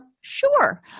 Sure